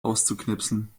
auszuknipsen